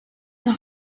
noch